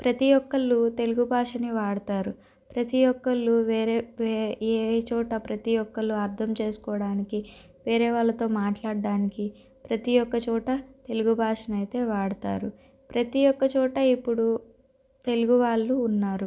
ప్రతి ఒక్కరు తెలుగు భాషను వాడుతారు ప్రతి ఒక్కరు వేరే ఏ చోట ప్రతి ఒక్కరు అర్థం చేసుకోవడానికి వేరే వాళ్ళతో మాట్లాడడానికి ప్రతి ఒక్క చోట తెలుగు భాషను అయితే వాడుతారు ప్రతి ఒక చోట ఇప్పుడు తెలుగు వాళ్ళు ఉన్నారు